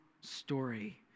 story